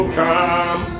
come